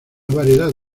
variedad